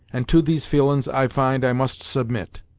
and to these feelin's i find i must submit.